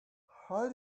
how